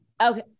okay